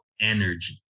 energy